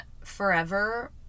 forever